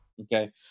Okay